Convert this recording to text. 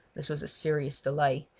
this was a serious delay,